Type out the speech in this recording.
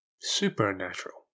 Supernatural